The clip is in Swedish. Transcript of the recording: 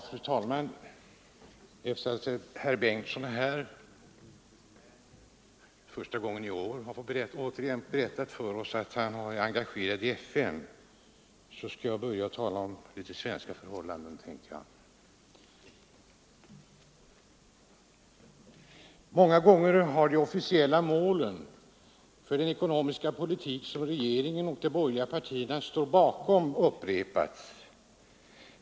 Fru talman! Sedan herr Bengtson åter — för första gången i år — har berättat för oss att han varit engagerad i FN tänkte jag tala något om svenska förhållanden. Många gånger har de officiella målen för den ekonomiska politik som regeringen och de borgerliga partierna står bakom upprepats.